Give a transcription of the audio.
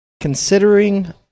considering